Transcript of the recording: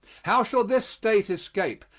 how shall this state escape,